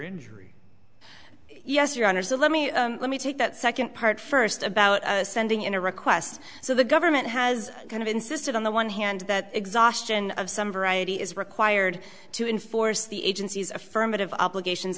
injury yes your honor so let me let me take that second part first about sending in a request so the government has kind of insisted on the one hand that exhaustion of some variety is required to enforce the agency's affirmative obligations